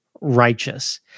righteous